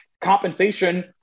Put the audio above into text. compensation